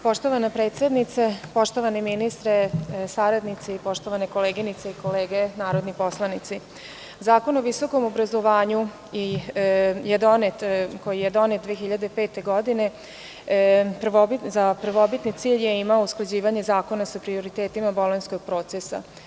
Poštovana predsednice, poštovani ministre, saradnici, poštovane koleginice i kolege narodni poslanici, Zakon o visokom obrazovanju, koji je donet 2005. godine, za prvobitni cilj je imao usklađivanje Zakona sa prioritetima bolonjskog procesa.